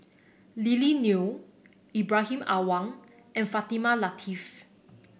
Lily Neo Ibrahim Awang and Fatimah Lateef